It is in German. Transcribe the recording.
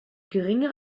geringe